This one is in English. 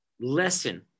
lesson